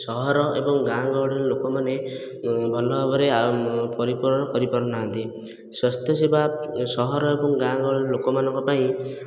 ସହର ଏବଂ ଗାଁ ଗହଳିର ଲୋକମାନେ ଭଲ ଭାବରେ ପରିପୂରଣ କରିପାରୁନାହାନ୍ତି ସ୍ୱାସ୍ଥ୍ୟ ସେବା ସହର ଏବଂ ଗାଁ ଗହଳିର ଲୋକମାନଙ୍କ ପାଇଁ